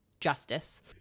justice